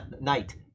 night